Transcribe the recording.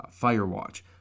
Firewatch